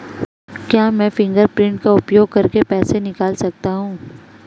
क्या मैं फ़िंगरप्रिंट का उपयोग करके पैसे निकाल सकता हूँ?